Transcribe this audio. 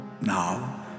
now